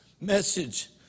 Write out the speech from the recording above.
message